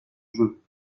jeux